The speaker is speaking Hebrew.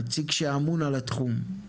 נציג שאמון על התחום.